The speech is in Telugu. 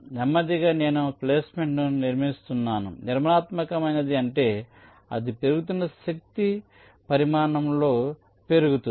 నెమ్మదిగా నేను ప్లేస్మెంట్ను నిర్మిస్తున్నాను నిర్మాణాత్మకమైనది అంటే అది పెరుగుతున్న కొద్దీ పరిమాణంలో పెరుగుతుంది